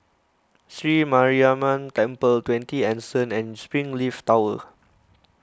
Sri Mariamman Temple twenty Anson and Springleaf Tower